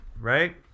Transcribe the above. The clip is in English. Right